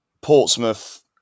Portsmouth